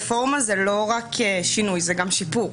רפורמה זה לא רק שינוי אלא זה גם שיפור.